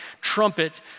trumpet